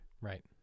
Right